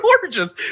gorgeous